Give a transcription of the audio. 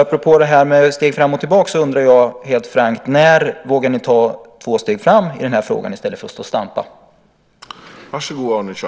Apropå det här med steg fram och tillbaks undrar jag helt frankt: När vågar ni ta två steg framåt i den här frågan i stället för att stå och stampa?